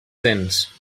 tens